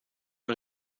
mal